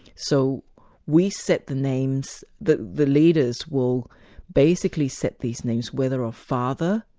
so we set the names, the the leaders will basically set these names, whether a father,